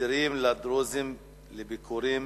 היתרים לדרוזים לצאת לביקורים